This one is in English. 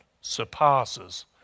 surpasses